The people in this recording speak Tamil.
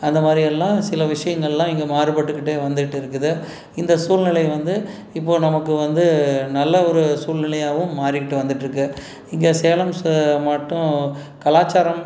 அந்த மாதிரி எல்லாம் சில விஷயங்கள்லாம் இங்கே மாறுபட்டுக்கிட்டே வந்துட்டு இருக்குது இந்த சூழ்நிலை வந்து இப்போது நமக்கு வந்து நல்ல ஒரு சூழ்நிலையாகவும் மாறிக்கிட்டு வந்துகிட்ருக்கு இங்கே சேலம்ஸ் மாவட்டம் கலாச்சாரம்